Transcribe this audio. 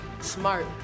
Smart